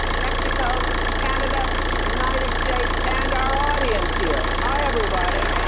mexico, canada, the united states, and our audience here. hi, everybody.